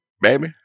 Baby